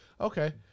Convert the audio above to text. Okay